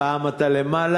פעם אתה למעלה,